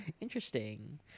Interesting